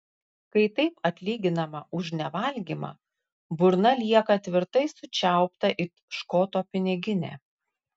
kai taip atlyginama už nevalgymą burna lieka tvirtai sučiaupta it škoto piniginė